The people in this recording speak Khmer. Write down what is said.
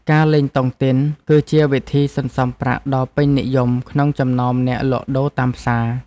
ការលេងតុងទីនគឺជាវិធីសន្សំប្រាក់ដ៏ពេញនិយមក្នុងចំណោមអ្នកលក់ដូរតាមផ្សារ។